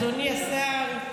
אדוני השר,